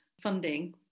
funding